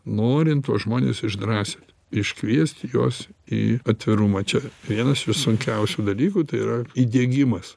norint tuos žmones išdrąsinti iškviesti juos į atvirumą čia vienas sunkiausių dalykų tai yra įdiegimas